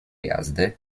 jazdy